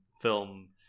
film